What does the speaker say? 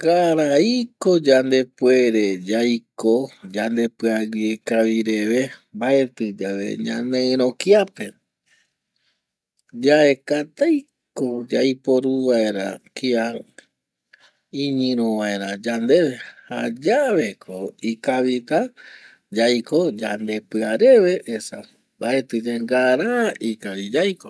Ngarai ko yandepuere yaiko yandepɨa guie kavi reve mbaetɨ yave ñaneɨro kiape yaeka taiko yaiporu vaera kia iñɨro vaera yandeve jayave ko ikavita yaiko yandepɨa reve esa mbaetɨ yae ngara ikavi yaiko